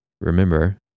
Remember